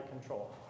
control